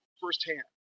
firsthand